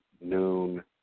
noon